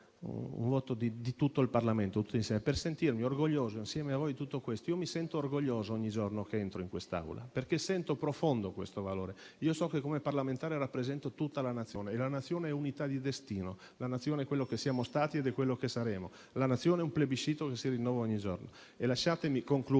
un voto di tutto il Parlamento, tutti insieme, per sentirmi orgoglioso insieme a voi di tutto questo. Io mi sento orgoglioso ogni giorno che entro in quest'Aula perché ne sento profondamente il valore. Io so che come parlamentare rappresento tutta la Nazione e la Nazione è unità di destino, è quello che siamo stati ed è quello che saremo; la Nazione è un plebiscito che si rinnova ogni giorno. Lasciatemi concludere